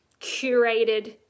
curated